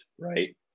right